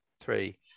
Three